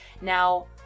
Now